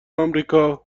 آمریکا